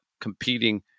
competing